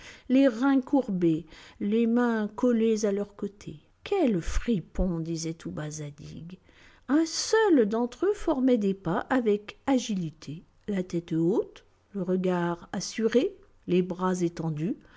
les reins courbés les mains collées à leurs côtés quels fripons disait tout bas zadig un seul d'entre eux formait des pas avec agilité la tête haute le regard assuré les bras étendus